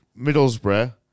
Middlesbrough